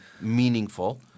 meaningful